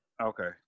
Okay